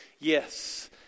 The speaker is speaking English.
yes